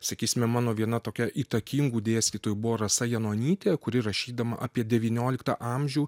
sakysime mano viena tokia įtakingų dėstytojų buvo rasa janonytė kuri rašydama apie devynioliktą amžių